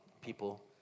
people